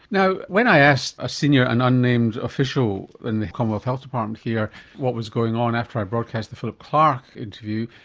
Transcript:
you know when i asked a senior and unnamed official in the commonwealth health department here what was going on after i broadcast the philip clarke interview,